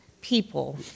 People